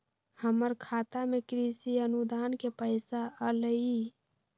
हमर खाता में कृषि अनुदान के पैसा अलई?